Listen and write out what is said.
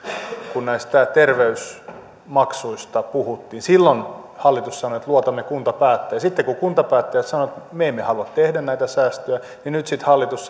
kun näistä terveysmaksuista puhuttiin silloin hallitus sanoi että luotamme kuntapäättäjiin sitten kun kuntapäättäjät sanoivat että me emme halua tehdä näitä säästöjä niin nyt sitten hallitus